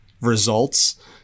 results